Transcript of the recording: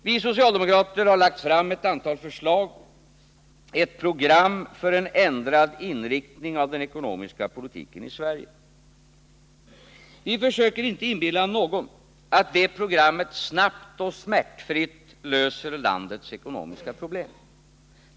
Vi socialdemokrater har lagt fram ett antal förslag, ett program för en ändrad inriktning av den ekonomiska politiken i Sverige. Vi försöker inte inbilla någon att detta program snabbt och smärtfritt löser landets ekonomiska problem.